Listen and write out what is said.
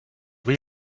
will